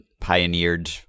pioneered